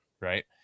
right